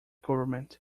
government